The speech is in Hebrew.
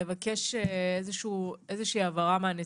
אני מבקשת איזושהי הבהרה מהנציבות.